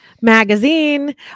magazine